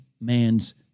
man's